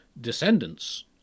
descendants